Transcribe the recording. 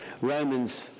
Romans